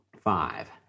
five